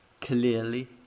clearly